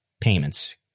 payments